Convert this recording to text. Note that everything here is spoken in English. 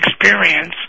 experience